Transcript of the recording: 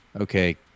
okay